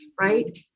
right